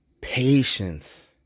Patience